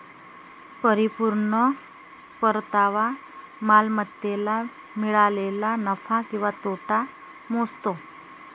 परिपूर्ण परतावा मालमत्तेला मिळालेला नफा किंवा तोटा मोजतो